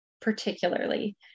particularly